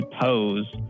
pose